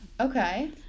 Okay